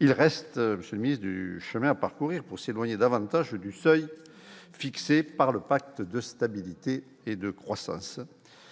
il reste du chemin à parcourir pour s'éloigner davantage du seuil fixé par le pacte de stabilité et de croissance.